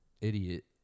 idiot